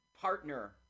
partner